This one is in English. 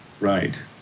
Right